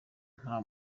nta